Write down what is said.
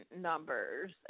numbers